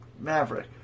Maverick